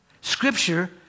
Scripture